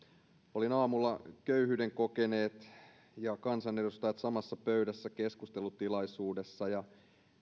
olin aamulla köyhyyden kokeneet ja kansanedustajat samassa pöydässä keskustelutilaisuudessa ja